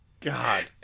God